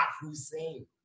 Hussein